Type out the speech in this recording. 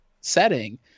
setting